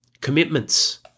Commitments